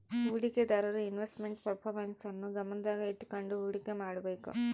ಹೂಡಿಕೆದಾರರು investment performance ನ್ನು ಗಮನದಾಗ ಇಟ್ಕಂಡು ಹುಡಿಕೆ ಮಾಡ್ಬೇಕು